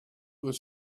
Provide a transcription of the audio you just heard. was